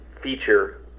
feature